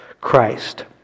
Christ